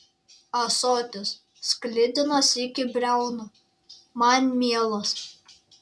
ąsotis sklidinas iki briaunų man mielas